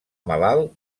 malalt